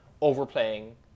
overplaying